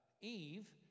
Eve